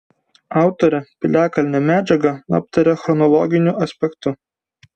autorė piliakalnio medžiagą aptaria chronologiniu aspektu